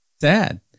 sad